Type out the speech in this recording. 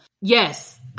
yes